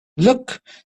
look